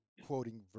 quoting